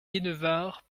genevard